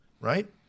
right